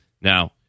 Now-